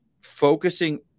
focusing